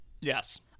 Yes